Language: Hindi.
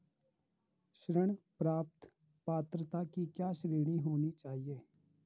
ऋण प्राप्त पात्रता की क्या श्रेणी होनी चाहिए?